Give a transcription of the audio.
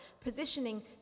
positioning